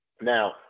Now